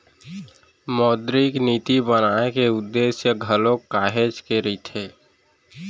मौद्रिक नीति बनाए के उद्देश्य घलोक काहेच के रहिथे